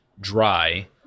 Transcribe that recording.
dry